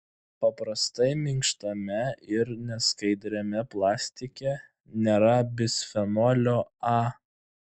paprastai minkštame ir neskaidriame plastike nėra bisfenolio a